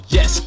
Yes